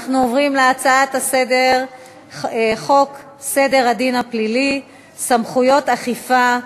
אנחנו עוברים להצעת חוק סדר הדין הפלילי (סמכויות אכיפה,